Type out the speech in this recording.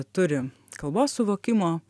turi kalbos suvokimo